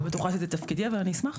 אני לא חושבת שזה תפקידי, אבל אני אשמח.